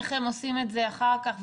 איך הם עושים את זה אחר כך,